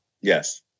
Yes